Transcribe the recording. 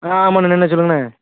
ஆ ஆமாணா என்ன சொல்லுங்கண்ணே